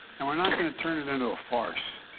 and we are not going to turn it into a farce.